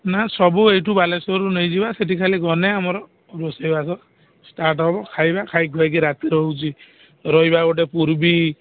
ନାଁ ସବୁ ଏଇଠୁ ବାଲେଶ୍ୱରରୁ ନେଇଯିବା ସେଠି ଖାଲି ଗଲେ ଆମର ରୋଷେଇବାସ ଷ୍ଟାର୍ଟ ହବ ଖାଇବା ଖାଇ ଖୁଆକି ରାତିର ହେଉଛି ରହିବା ଗୋଟେ ପୁରବି